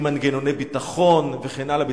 עם מנגנוני ביטחון וכן הלאה,